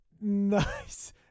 Nice